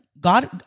god